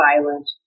violent